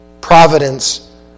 providence